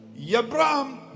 Abraham